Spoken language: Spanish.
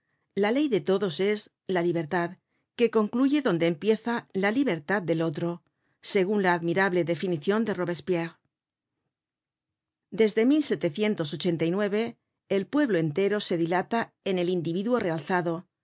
la ley de todos es la libertad que concluye donde em content from google book search generated at pieza la libertad de otro segun la admirable definicion de robespierre desde el pueblo entero se dilata en el individuo realzado